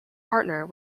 partner